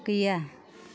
गैया